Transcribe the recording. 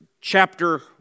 chapter